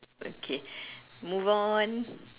okay move on